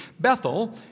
Bethel